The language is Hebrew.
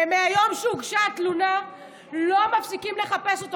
ומהיום שהוגשה התלונה לא מפסיקים לחפש אותו.